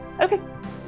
Okay